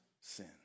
sin